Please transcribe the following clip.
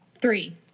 Three